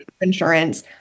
Insurance